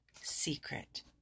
secret